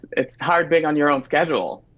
it's hard being on your own schedule